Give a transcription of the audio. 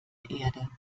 erde